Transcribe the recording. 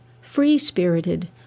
free-spirited